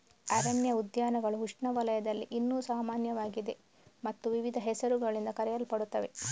ಅರಣ್ಯ ಉದ್ಯಾನಗಳು ಉಷ್ಣವಲಯದಲ್ಲಿ ಇನ್ನೂ ಸಾಮಾನ್ಯವಾಗಿದೆ ಮತ್ತು ವಿವಿಧ ಹೆಸರುಗಳಿಂದ ಕರೆಯಲ್ಪಡುತ್ತವೆ